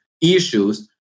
Issues